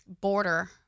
border